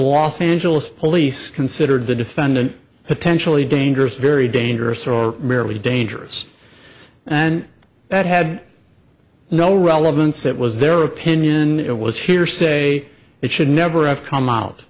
los angeles police considered the defendant potentially dangerous very dangerous or merely dangerous and that had no relevance it was their opinion it was hearsay it should never have come out